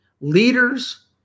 leaders